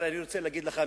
אבל אני רוצה להגיד לך,